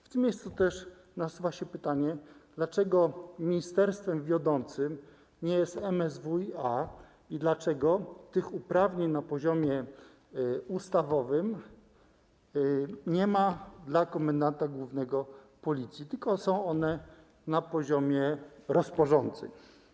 W tym miejscu nasuwa się pytanie, dlaczego ministerstwem wiodącym nie jest MSWiA i dlaczego tych uprawnień na poziomie ustawowym nie ma dla komendanta głównego Policji, tylko są one na poziomie rozporządzeń.